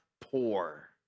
poor